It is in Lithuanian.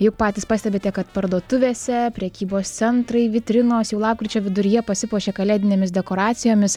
juk patys pastebite kad parduotuvėse prekybos centrai vitrinos jau lapkričio viduryje pasipuošė kalėdinėmis dekoracijomis